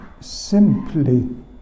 simply